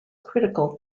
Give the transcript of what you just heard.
critical